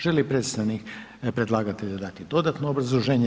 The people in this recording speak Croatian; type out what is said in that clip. Želi li predstavnik predlagatelja dati dodatno obrazloženje?